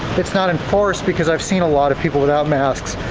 it's not enforced because i've seen a lot of people without masks.